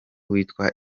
witwa